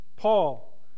Paul